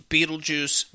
Beetlejuice